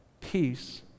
peace